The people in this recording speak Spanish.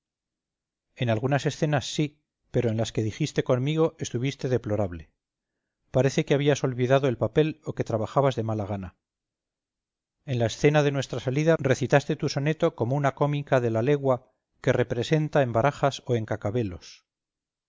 en algunas escenas sí pero en las que dijiste conmigo estuviste deplorable parece que habías olvidado el papel o que trabajabas de mala gana en la escena de nuestra salida recitaste tu soneto como una cómica de la legua que representa en barajas o en cacabelos